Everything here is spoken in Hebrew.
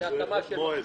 מועד.